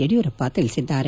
ಯಡಿಯೂರಪ್ಪ ತಿಳಿಸಿದ್ದಾರೆ